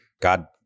God